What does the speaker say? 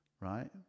Right